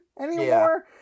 anymore